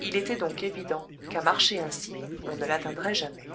il était donc évident qu'à marcher ainsi on ne l'atteindrait jamais